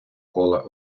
кола